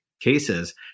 cases